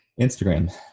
Instagram